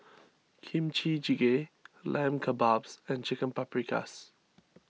Kimchi Jjigae Lamb Kebabs and Chicken Paprikas